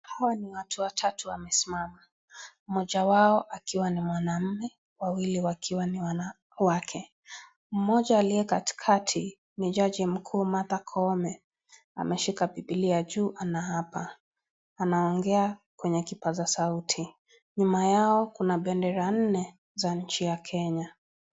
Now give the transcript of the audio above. Hawa ni watu watatu wamesimama, mmoja wao akiwa mwanamume wawili wakiwa ni wanawake. Mmoja aliye katikati ni jaji mkuu Martha Koome ameshika Bibilia juu anaapa anaongea kwenye kipaasa sauti. Nyuma yao kuna bendera nne za nchi ya Kenya.